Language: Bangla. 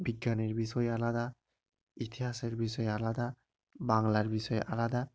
বিজ্ঞানের বিষয় আলাদা ইতিহাসের বিষয় আলাদা বাংলার বিষয় আলাদা